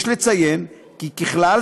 יש לציין כי ככלל,